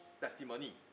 testimony